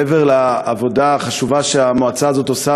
מעבר לעבודה החשובה שהמועצה הזאת עושה